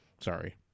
Sorry